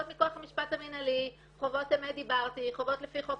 חובות מכוח המשפט המינהלי,